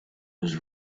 his